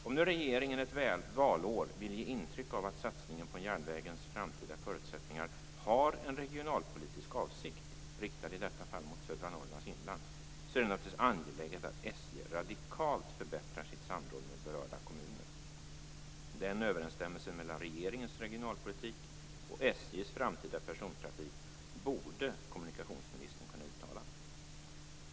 Om nu regeringen ett valår vill ge intryck av att satsningen på järnvägens framtida förutsättningar har en regionalpolitisk avsikt, riktad i detta fall mot södra Norrlands inland, är det naturligtvis angeläget att SJ radikalt förbättrar sitt samråd med berörda kommuner. Den överensstämmelsen mellan regeringens regionalpolitik och SJ:s framtida persontrafik borde kommunikationsministern kunna uttala.